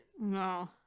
No